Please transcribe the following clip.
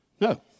No